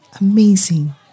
Amazing